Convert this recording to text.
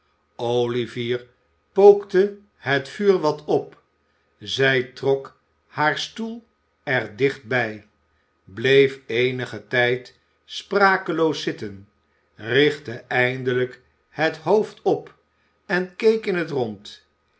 olivier pookte het vuur wat op zij trok haar stoel er dicht bij bleef eenigen tijd sprakeloos zitten richtte eindelijk het hoofd op en keek in het rond